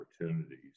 opportunities